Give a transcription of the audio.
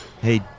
Hey